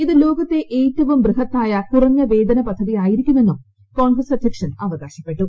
ഇത് ലോകത്തെ ഏറ്റവും ബൃഹത്തായു കൂറഞ്ഞ വേതന പദ്ധതി ആയിരിക്കുമെന്നും കോൺഗ്രസ് അധ്യക്ഷൻ അവകാശപ്പെട്ടു